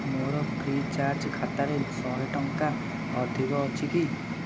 ମୋର Freecharge ଖାତାରେ ଶହେ ଟଙ୍କା ଅଧିକ ଅଛି କି